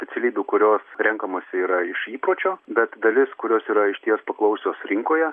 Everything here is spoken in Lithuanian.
specialybių kurios renkamos yra iš įpročio bet dalis kurios yra išties paklausios rinkoje